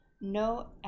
No